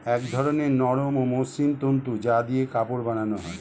এক ধরনের নরম ও মসৃণ তন্তু যা দিয়ে কাপড় বানানো হয়